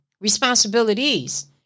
Responsibilities